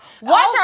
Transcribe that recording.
Watch